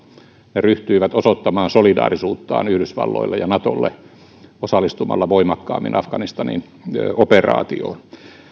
ja ryhtyivät osoittamaan solidaarisuuttaan yhdysvalloille ja natolle osallistumalla voimakkaammin afganistanin operaatioon